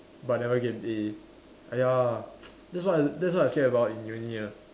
but I never get an A !aiya! that's what that's what I fear about in uni ah